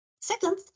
Second